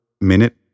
minute